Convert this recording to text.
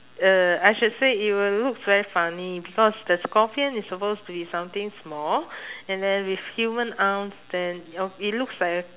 uh I should say it will looks very funny because the scorpion is supposed to be something small and then with human arms then oh it looks like